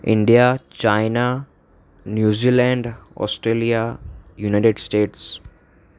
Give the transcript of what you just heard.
India China New Zealand Australia united state